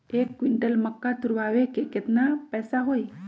एक क्विंटल मक्का तुरावे के केतना पैसा होई?